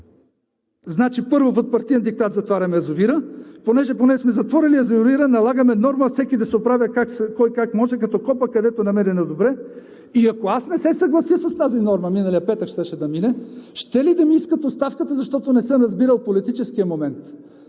Значи, първо, под партиен диктат затваряме язовира. Понеже сме затворили язовира, налагаме норма всеки да се оправя който както може, като копае където намери за добре и ако аз не се съглася с тази норма – миналия петък щеше да мине, щели да ми искат оставката, защото не съм разбирал политическия момент?!